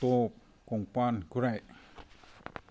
ꯇꯣꯞ ꯀꯣꯡꯄꯥꯟ ꯈꯨꯔꯥꯏ